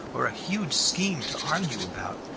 or a huge scheme to argue about,